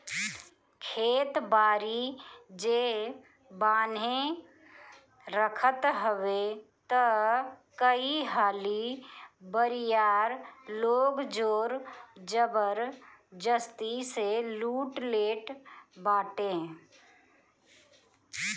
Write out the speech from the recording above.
खेत बारी जे बान्हे रखत हवे तअ कई हाली बरियार लोग जोर जबरजस्ती से लूट लेट बाटे